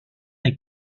est